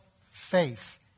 faith